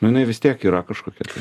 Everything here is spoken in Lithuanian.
jinai vis tiek yra kažkokia tai